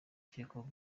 akekwaho